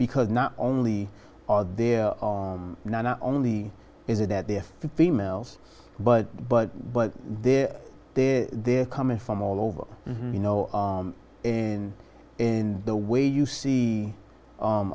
because not only are there now not only is it that they're females but but but they're there they're coming from all over you know in is the way you see